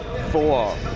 four